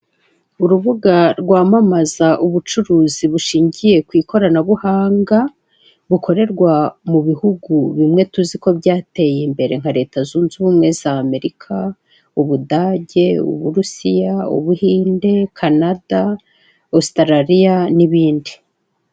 Urubuga rwamamaza ubucuruzi bushingiye ku ikoranabuhanga, bukorerwa mu bihugu bimwe tuzi ko byateye imbere nka Leta zunze ubumwe za Amerika; Ubudage, Uburusiya ,Ubuhinde, Kanada, Ositaraliya, n'ibindi.